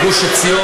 את גוש עציון,